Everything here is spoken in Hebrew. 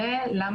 כל הזמן,